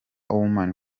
women